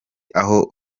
aho